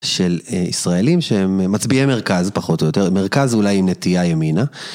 של ישראלים שהם מצביעי מרכז, פחות או יותר, מרכז אולי עם נטייה ימינה.